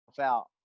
out